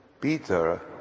Peter